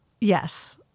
Yes